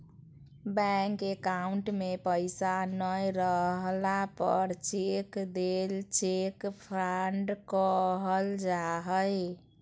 bank account में पैसा नय रहला पर चेक देल चेक फ्रॉड कहल जा हइ